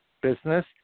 business